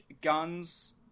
guns